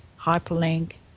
hyperlink